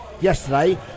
yesterday